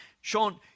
Sean